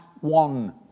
one